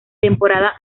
temporada